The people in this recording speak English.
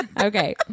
Okay